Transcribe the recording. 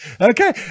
Okay